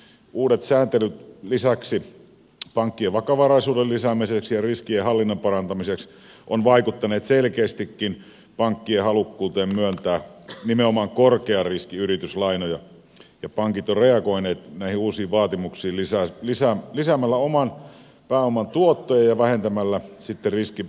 lisäksi uudet sääntelyt pankkien vakavaraisuuden lisäämiseksi ja riskienhallinnan parantamiseksi ovat vaikuttaneet selkeästikin pankkien halukkuuteen myöntää nimenomaan korkean riskin yrityslainoja ja pankit ovat reagoineet näihin uusiin vaatimuksiin lisäämällä oman pääoman tuottoja ja vähentämällä sitten riskipainotteisia saatavia